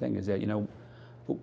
thing is that you know